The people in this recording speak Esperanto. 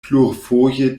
plurfoje